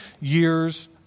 years